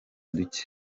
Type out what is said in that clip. duke